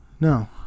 No